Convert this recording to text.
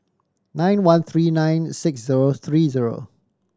nine one three nine six zero three zero